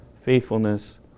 faithfulness